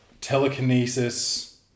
telekinesis